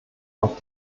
auf